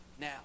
now